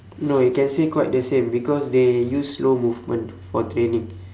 no you can say quite the same because they use slow movement for training